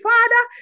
Father